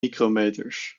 micrometers